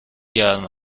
گرم